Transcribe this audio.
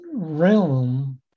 Realm